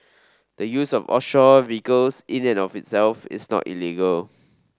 the use of offshore vehicles in and of itself is not illegal